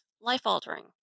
life-altering